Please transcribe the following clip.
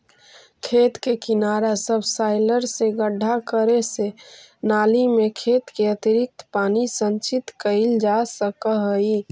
खेत के किनारा सबसॉइलर से गड्ढा करे से नालि में खेत के अतिरिक्त पानी संचित कइल जा सकऽ हई